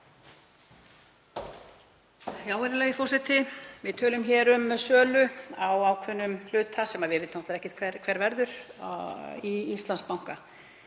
Virðulegi forseti. Við tölum hér um sölu á ákveðnum hluta, sem við vitum ekkert hver verður, í Íslandsbanka.